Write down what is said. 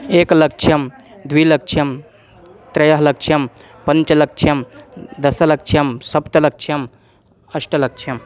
एकलक्षं द्विलक्षं त्रिलक्षं पञ्चलक्षं दशलक्षं सप्तलक्षम् अष्टलक्षम्